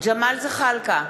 ג'מאל זחאלקה,